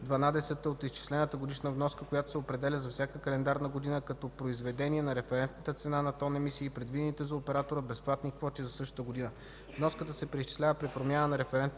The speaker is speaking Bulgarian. от изчислената годишна вноска, която се определя за всяка календарна година, като произведение на референтната цена на тон емисии и предвидените за оператора безплатни квоти за същата година. Вноската се преизчислява при промяна на референтната цена